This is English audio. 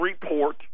report